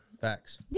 Facts